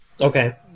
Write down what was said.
Okay